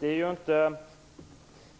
Herr talman!